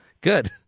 Good